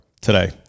today